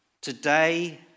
Today